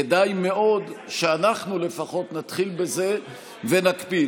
כדאי מאוד שאנחנו לפחות נתחיל בזה ונקפיד.